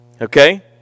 Okay